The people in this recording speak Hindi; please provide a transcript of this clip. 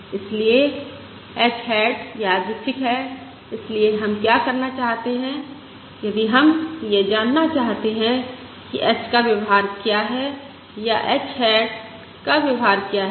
इसलिए h हैट यादृच्छिक है इसलिए हम क्या करना चाहते हैं यदि हम यह जानना चाहते हैं कि h का व्यवहार क्या है या h हैट का व्यवहार क्या है